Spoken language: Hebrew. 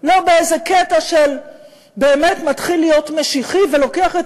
לא באיזה קטע שבאמת מתחיל להיות משיחי ולוקח את